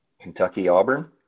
Kentucky-Auburn